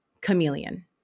chameleon